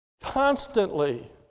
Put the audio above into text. Constantly